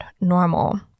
normal